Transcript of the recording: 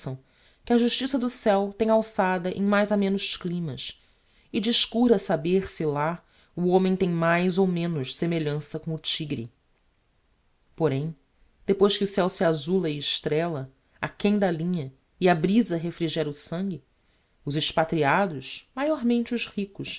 que a justiça do céo tem alçada em mais amenos climas e descura saber se lá o homem tem mais ou menos semelhança com o tigre porém depois que o céo se azula e estrella áquem da linha e a briza refrigera o sangue os expatriados maiormente os ricos